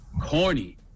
corny